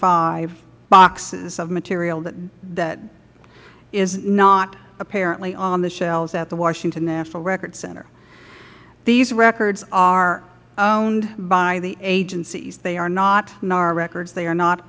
five boxes of material that is not apparently on the shelves at the washington national records center these records are owned by the agencies they are not nara records they are not